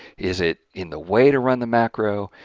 is it in the way to run the macro?